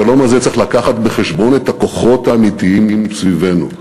השלום הזה צריך לקחת בחשבון את הכוחות האמיתיים סביבנו,